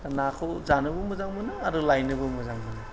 दा नाखौ जानोबो मोजां मोनो आरो लायनोबो मोजां मोनो